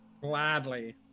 Gladly